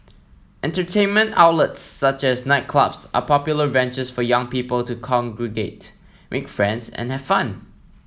entertainment outlets such as nightclubs are popular venues for young people to congregate make friends and have fun